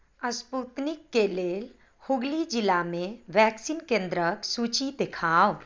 स्पूतनिकके लेल हुगली जिलामे वैक्सीन केन्द्रक सूची देखाउ